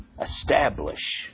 establish